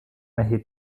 erhielt